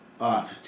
up